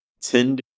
tend